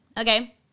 Okay